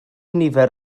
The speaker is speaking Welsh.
nifer